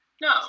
No